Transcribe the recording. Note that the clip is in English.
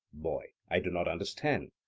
boy i do not understand.